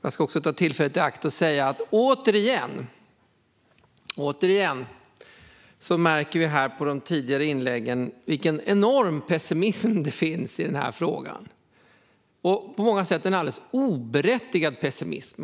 Jag ska också ta tillfället i akt och säga: Återigen märker vi på de tidigare inläggen vilken enorm pessimism det finns i denna fråga. På många sätt är det en alldeles oberättigad pessimism.